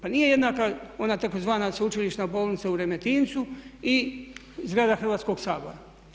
Pa nije jednaka ona tzv. sveučilišna bolnica u Remetincu i zgrada hrvatskog sabora.